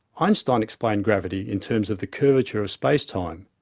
einstein explained gravity in terms of the curvature of space-time.